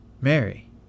Mary